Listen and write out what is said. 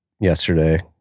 yesterday